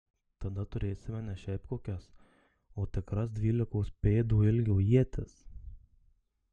tada turėsime ne šiaip kokias o tikras dvylikos pėdų ilgio ietis